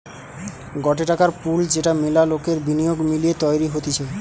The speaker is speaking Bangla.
গটে টাকার পুল যেটা মেলা লোকের বিনিয়োগ মিলিয়ে তৈরী হতিছে